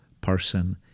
person